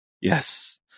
Yes